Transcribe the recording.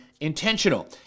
intentional